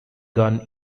gun